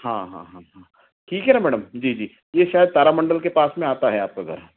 हाँ हाँ हाँ हाँ ठीक है ना मैडम जी जी यह शायद तारामंडल में पास में आता है आपका घर